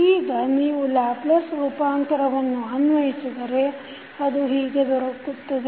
ಈಗ ನೀವು ಲ್ಯಾಪ್ಲೇಸ್ ರೂಪಾಂತರವನ್ನು ಅನ್ವಯಿಸಿದರೆ ಅದು ಹೀಗೆ ದೊರಕುತ್ತದೆ